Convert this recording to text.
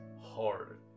hard